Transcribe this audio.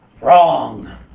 Wrong